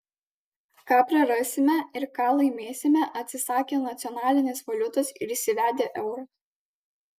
ką prarasime ir ką laimėsime atsisakę nacionalinės valiutos ir įsivedę eurą